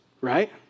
right